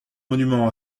monument